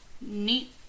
neat